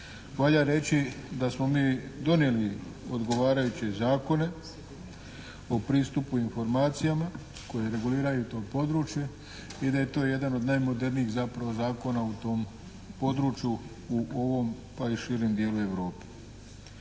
Valja reći da smo mi donijeli odgovarajuće zakone o pristupu informacijama koje reguliraju to područje i da je to jedan od najmodernijih zapravo zakona u tom području u ovom, pa i širem dijelu Europe.